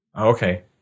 Okay